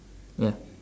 ya